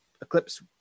eclipse